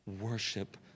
worship